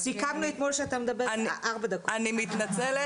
אני מתנצלת.